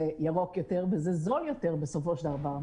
ירוק יותר וזה זול יותר בסופו של דבר.